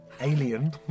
Alien